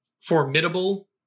formidable